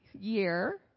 year